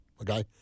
okay